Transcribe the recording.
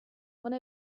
one